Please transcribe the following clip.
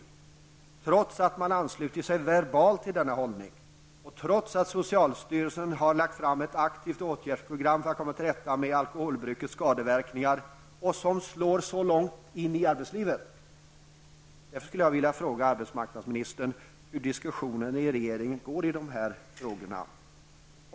Det har man gjort trots att man verbalt ansluter sig till denna hållning och trots att socialstyrelsen har lagt fram ett aktivt åtgärdsprogram för att komma till rätta med alkoholbrukets skadeverkningar som slår så djupt in i arbetslivet. Jag vill därför fråga arbetsmarknadsministern hur diskussionen i regeringen går i dessa frågor.